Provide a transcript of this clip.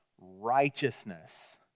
righteousness